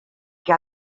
que